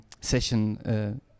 session